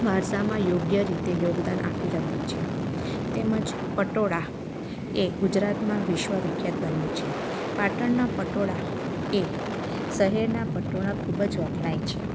વારસામાં યોગ્ય રીતે યોગદાન આપી રહ્યું છે તેમજ પટોળા એ ગુજરાતમાં વિશ્વવિખ્યાત બન્યું છે પાટણનાં પટોળા એ શહેરનાં પટોળા ખૂબ જ વખણાય છે